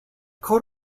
coat